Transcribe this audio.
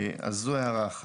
זו הערה אחת.